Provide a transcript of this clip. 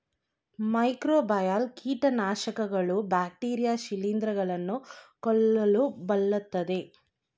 microbial ಕೀಟನಾಶಕಗಳು bacteria ಶಿಲಿಂದ್ರ ಗಳನ್ನು ಕೊಲ್ಲಲು ಬಳ್ಸತ್ತರೆ